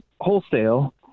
wholesale